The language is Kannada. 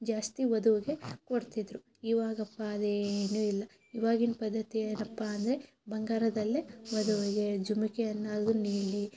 ಜಾಸ್ತಿ ವಧುವಿಗೆ ಕೊಡ್ತಿದ್ದರು ಇವಾಗಪ್ಪ ಅದೇನೂ ಇಲ್ಲ ಇವಾಗಿನ ಪದ್ಧತಿ ಏನಪ್ಪ ಅಂದರೆ ಬಂಗಾರದಲ್ಲೇ ವಧುವಿಗೆ ಜುಮಕಿಯನ್ನು ಅದನ್ನು ಹೇಳಲಿ